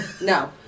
no